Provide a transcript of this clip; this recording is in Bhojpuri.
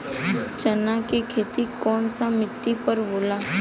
चन्ना के खेती कौन सा मिट्टी पर होला?